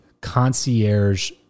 concierge